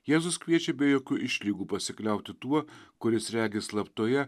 jėzus kviečia be jokių išlygų pasikliauti tuo kuris regi slaptoje